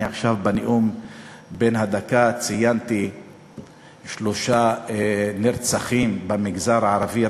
אני ציינתי עכשיו בנאום בן הדקה שלושה נרצחים במגזר הערבי,